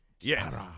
Yes